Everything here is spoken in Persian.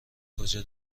کجا